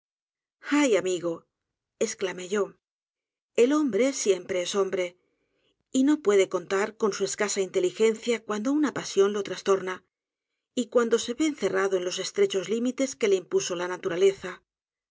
ay amigo esclamé yo el hombre siempre es hombre y no puede contar con su escasa inteligencia cuando una pasión lo trastorna y cuando se ve encerrado en los estrechos limites que le impuso la naturaleza